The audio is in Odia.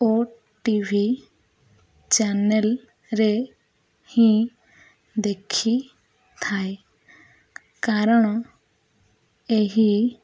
ଓ ଟି ଭି ଚ୍ୟାନେଲ୍ରେ ହିଁ ଦେଖି ଥାଏ କାରଣ ଏହି